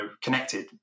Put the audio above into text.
connected